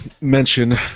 mention